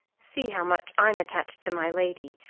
see how much i'm attached to my lady,